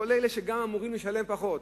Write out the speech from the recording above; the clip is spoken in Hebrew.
כל אלה שאמורים לשלם פחות,